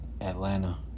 Atlanta